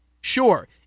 Sure